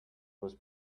was